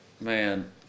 Man